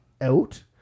out